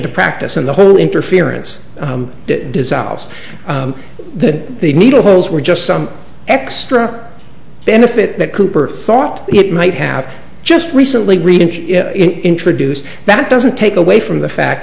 to practice and the whole interference dissolves the needle holes were just some extra benefit that cooper thought it might have just recently introduced that doesn't take away from the fact